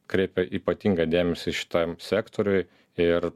kreipia ypatingą dėmesį šitam sektoriui ir